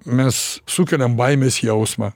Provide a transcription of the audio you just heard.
mes sukeliam baimės jausmą